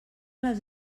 les